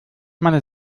meine